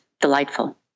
delightful